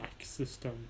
System